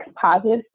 positive